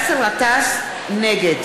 נגד